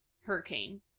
hurricane